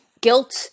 guilt